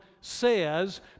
says